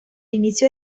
inicio